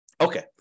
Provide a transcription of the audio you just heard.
Okay